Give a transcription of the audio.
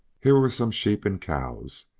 here were some sheep and cows,